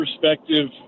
perspective